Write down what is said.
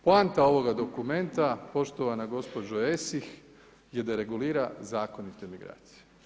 Poanta ovoga dokumenta, poštovana gospođo Esih je da regulira zakonite migracije.